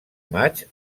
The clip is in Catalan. maig